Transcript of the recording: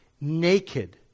Naked